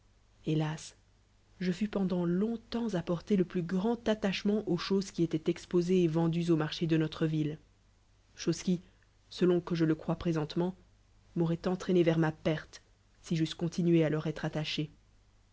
hélas je fus pendant longtemps à porter le plus graod attachement ajjx choses qui to lint exposées et vendues au marché de notre ville choses qui selon que je le crois présentement m'aurait entraîné vers ma perte si j'eussecontinué à leur être attaché